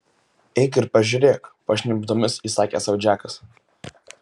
eik ir pažiūrėk pašnibždomis įsakė sau džekas